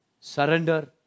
surrender